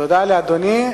תודה לאדוני.